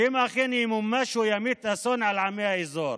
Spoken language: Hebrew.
שאם אכן ימומש הוא ימיט אסון על עמי האזור.